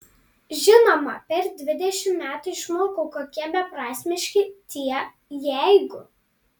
žinoma per dvidešimt metų išmokau kokie beprasmiški tie jeigu